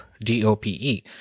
D-O-P-E